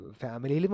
family